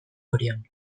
orion